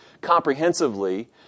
comprehensively